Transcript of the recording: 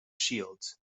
shields